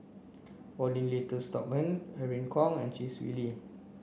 Paulin Tay Straughan Irene Khong and Chee Swee Lee